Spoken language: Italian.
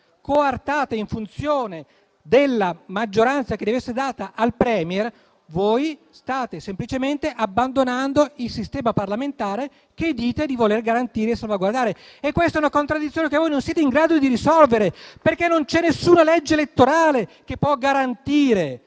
coartata in funzione della maggioranza che deve essere data al *Premier,* state semplicemente abbandonando il sistema parlamentare che dite di voler garantire e salvaguardare. Questa è una contraddizione che voi non siete in grado di risolvere, perché nessuna legge elettorale può garantire